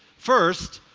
first,